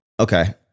Okay